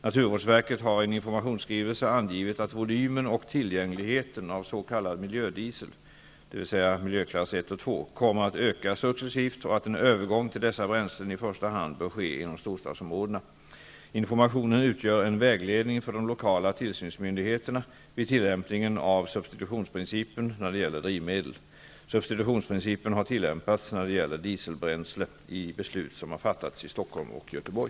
Naturvårdsverket har i en informationsskrivelse angivit att volymen och tillgängligheten av s.k. miljödiesel, dvs. miljöklass 1 och 2, kommer att öka successivt och att en övergång till dessa bränslen i första hand bör ske inom storstadsområdena. Informationen utgör en vägledning för de lokala tillsynsmyndigheterna vid tillämpningen av substitutionsprincipen när det gäller drivmedel. Substitutionsprincipen har tillämpats när det gäller dieselbränsle i beslut som har fattats i Stockholm och Göteborg.